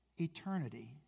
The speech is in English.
eternity